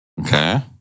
Okay